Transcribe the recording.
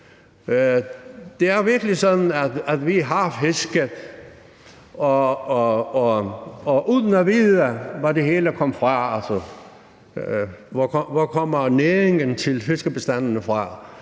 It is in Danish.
Det er virkelig sådan, at vi har fisket og har gjort det uden at vide, hvor det hele kommer fra. Altså: Hvorfra kommer næringen til fiskebestandene fra